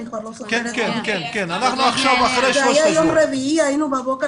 היינו בבוקר